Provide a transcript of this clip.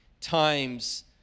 times